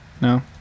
No